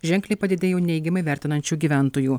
ženkliai padidėjo neigiamai vertinančių gyventojų